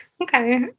Okay